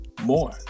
more